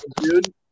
dude